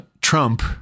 Trump